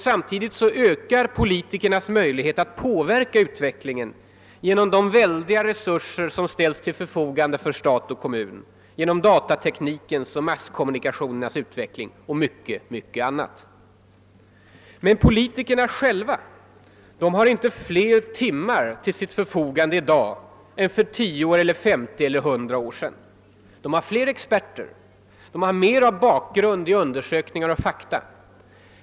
Samtidigt ökar politikernas möjligheter att påverka utvecklingen genom de väldiga resurser som ställs till förfogande för stat och kommun genom <Ådatateknikens och masskommunikationernas utveckling och mycket, mycket annat. Men politikerna själva har inte fler timmar till sitt förfogande i dag än för 10, 50 eller 100 år sedan. De har fler experter och de har mer bakgrundsmaterial i form av undersökningar och fakta.